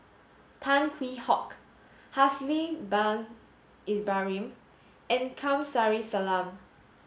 Tan Hwee Hock Haslir bin Ibrahim and Kamsari Salam